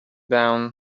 down